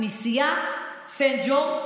כנסיית סנט ג'ורג',